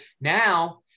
now